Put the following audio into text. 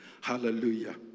Hallelujah